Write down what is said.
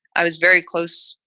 i was very close.